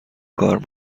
کار